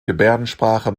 gebärdensprache